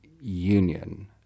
Union